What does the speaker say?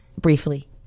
briefly